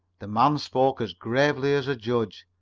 the man spoke as gravely as a judge.